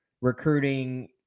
recruiting